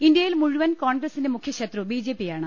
ഇന്ത്യയിൽ മുഴുവൻ കോൺഗ്രസിന്റെ മുഖ്യശത്രു ബി ജെ പി യാണ്